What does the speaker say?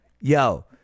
Yo